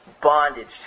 bondage